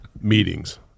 meetings